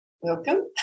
welcome